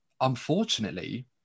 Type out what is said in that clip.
unfortunately